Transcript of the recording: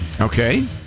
Okay